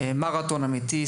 מרתון אמיתי,